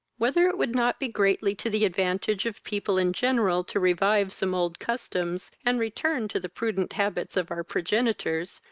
whether it would not be greatly to the advantage of people in general to revive some old customs, and return to the prudent habits of our progenitors,